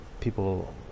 people